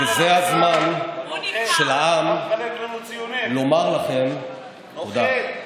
וזה הזמן של העם לומר לכם תודה.